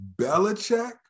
Belichick